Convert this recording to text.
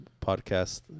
podcast